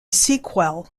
sequel